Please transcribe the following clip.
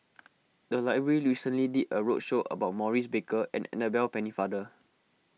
the library recently did a roadshow about Maurice Baker and Annabel Pennefather